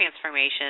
transformation